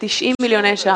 90 מיליוני ש"ח.